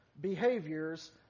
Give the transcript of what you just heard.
behaviors